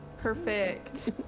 Perfect